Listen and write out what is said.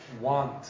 want